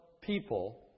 people